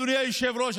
אדוני היושב-ראש,